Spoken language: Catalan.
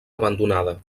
abandonada